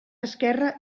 esquerre